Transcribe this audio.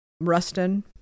Rustin